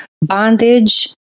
bondage